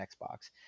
Xbox